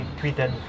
tweeted